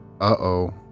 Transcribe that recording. uh-oh